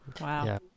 Wow